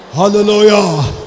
hallelujah